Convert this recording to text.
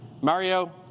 Mario